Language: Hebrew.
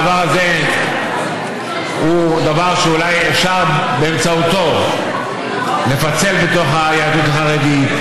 הדבר הזה הוא דבר שאולי אפשר באמצעותו לפצל בתוך היהדות החרדית,